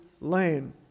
lane